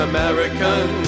American